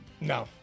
No